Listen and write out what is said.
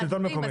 שלטון מקומי.